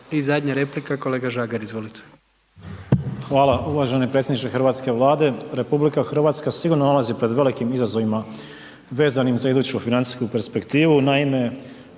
I zadnja replika kolega Žagar, izvolite. **Žagar, Tomislav (HSU)** Hvala. Uvaženi predsjedniče Hrvatske vlade, RH sigurno se nalazi pred velikim izazovima vezanim za iduću financijsku perspektivu.